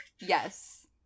Yes